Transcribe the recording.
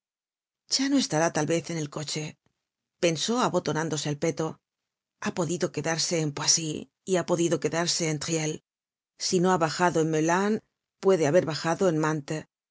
ya no estará tal vez en el coche pensó abotonándose el peto ha podido quedarse en poissy y ha podido quedarse en triel si no ha bajado en meulan puede haber bajado en mantes